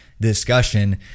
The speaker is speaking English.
discussion